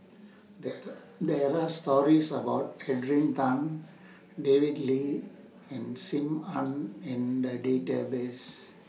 There There Are stories about Adrian Tan David Lee and SIM Ann in The Database